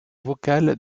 vocale